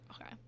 Okay